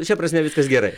šia prasme viskas gerai